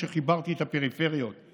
חיברתי את הפריפריות עם כבישים ורכבות,